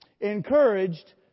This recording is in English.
Encouraged